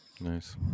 Nice